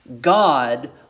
God